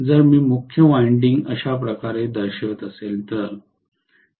जर मी मुख्य वायंडिंग अशा प्रकारे दर्शवित असेल तर